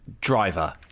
driver